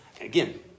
again